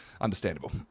understandable